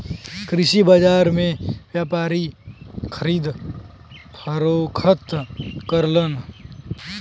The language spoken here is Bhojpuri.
कृषि बाजार में व्यापारी खरीद फरोख्त करलन